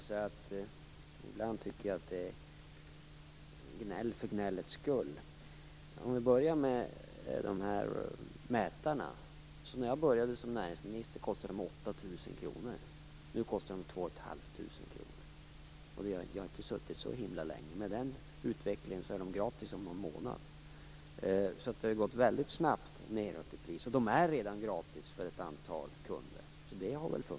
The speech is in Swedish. Herr talman! Ibland tycker jag att man gnäller för gnällets skull. Jag kan börja med att ta upp de här mätarna. När jag började som näringsminister kostade de 8 000 kr. Nu kostar de ca 2 500 kr. Jag har inte varit näringsminister så himla länge. Med den här utvecklingen är de gratis om någon månad. De har alltså gått ned i pris väldigt snabbt. De är redan gratis för ett antal kunder, så detta har funkat.